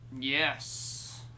yes